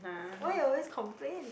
why you always complain